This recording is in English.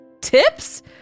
tips